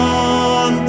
on